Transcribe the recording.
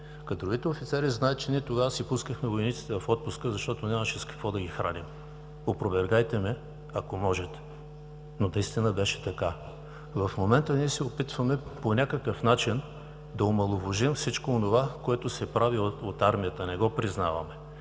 Кадровите офицери знаят, че тогава си пускахме войниците в отпуск, защото нямаше с какво да ги храним. Опровергайте ме, ако можете, но наистина беше така. В момента ние се опитваме по някакъв начин да омаловажим всичко онова, което се прави от армията – не го признавам.